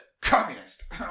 Communist